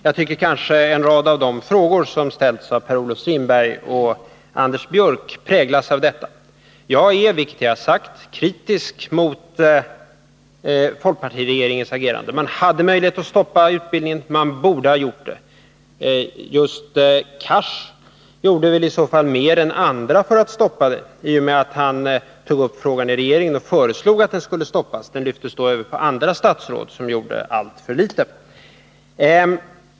Jag tycker att en rad av de frågor som ställts av Per-Olof Strindberg och Anders Björck präglas av detta. Jag är — det har jag sagt — kritisk mot folkpartiregeringens agerande. Man hade möjlighet att stoppa utbildningen. Man borde ha gjort det. Just Hadar Cars gjorde väl mer än andra för att stoppa utbildningen, i och med att han tog upp frågan i regeringen och föreslog att utbildningen skulle stoppas. Frågan lyftes då över på andra statsråd, som gjorde alltför litet.